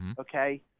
okay